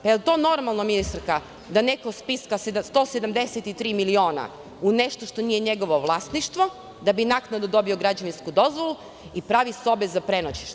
Da li je to normalno gospodine ministre, da neko spiska 173 miliona u nešto što nije njegovo vlasništvo, da bi naknadno dobio građevinsku dozvolu i pravi sobe za prenoćište?